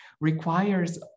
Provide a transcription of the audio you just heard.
requires